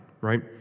right